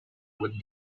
with